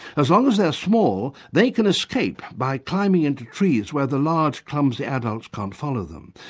as long as they are small they can escape by climbing into trees where the large clumsy adults can't follow them,